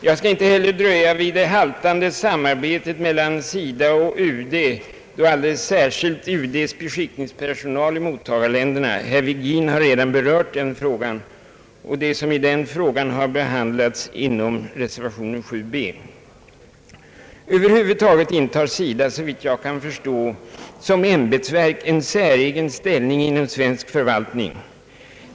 Jag skall inte här dröja vid det haltande samarbetet mellan SIDA och UD och då särskilt UD:s beskickningspersonal i mottagarländerna. Herr Virgin har redan berört denna fråga och vad som av den frågan har behandlats i reservation 7. Över huvud taget intar SIDA — såvitt jag kan förstå — som ämbetsverk en säregen ställning i svensk förvaltning.